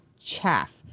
chaff